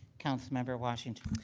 councilmember washington.